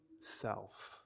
self